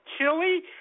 chili